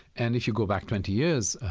and if you go back twenty years,